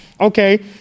Okay